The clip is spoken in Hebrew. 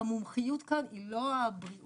המומחיות כאן היא לא הבריאות,